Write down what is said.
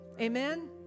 Amen